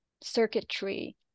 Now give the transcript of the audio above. circuitry